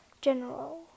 General